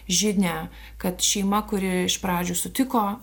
žinią kad šeima kuri iš pradžių sutiko